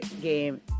game